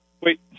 Wait